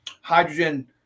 Hydrogen